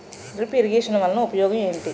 drip irrigation వలన ఉపయోగం ఏంటి